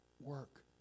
work